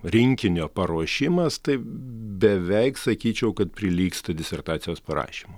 rinkinio paruošimas tai beveik sakyčiau kad prilygsta disertacijos parašymui